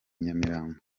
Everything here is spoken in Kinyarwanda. nyamirambo